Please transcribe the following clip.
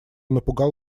напугал